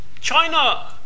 China